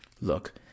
Look